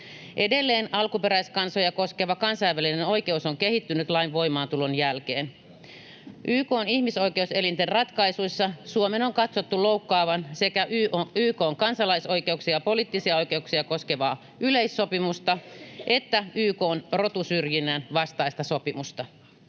Edelleen alkuperäiskansoja koskeva kansainvälinen oikeus on kehittynyt lain voimaantulon jälkeen. YK:n ihmisoikeuselinten ratkaisuissa Suomen on katsottu loukkaavan sekä YK:n kansalaisoikeuksia ja poliittisia oikeuksia koskevaa yleissopimusta että YK:n rotusyrjinnän vastaista sopimusta.